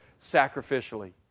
sacrificially